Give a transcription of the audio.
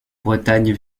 bretagne